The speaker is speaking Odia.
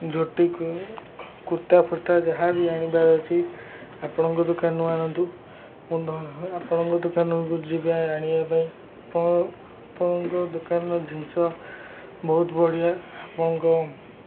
ଧୋତି କୁର୍ତ୍ତାଫୁର୍ତ୍ତା ଯାହା ବି ଆଣିବାର ଅଛି ଆପଣଙ୍କ ଦୋକାନରୁ ଆଣନ୍ତୁ ମୁଁ ଆପଣଙ୍କ ଦୋକାନକୁ ଯିବା ଆଣିବା ପାଇଁ ଆପଣ ଆପଣଙ୍କ ଦୋକାନର ଜିନିଷ ବହୁତ ବଢ଼ିଆ ଆପଣଙ୍କ